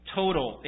total